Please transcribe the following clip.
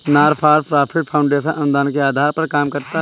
not for profit foundation अनुदान के आधार पर काम करता है